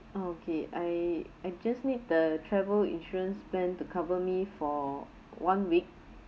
okay I I just need the travel insurance plan to cover me for one week